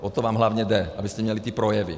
O to vám hlavně jde, abyste měli ty projevy!